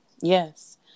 Yes